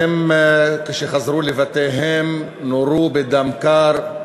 וכשהם חזרו לבתיהם הם נורו בדם קר.